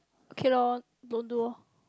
okay lor don't do lor